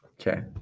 Okay